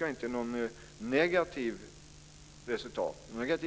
Jag inte är någon negativ